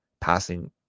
passing